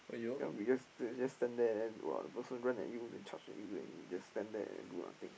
cannot be just j~ just stand there then !wah! the person run at your charge at you and you just stand there and do nothing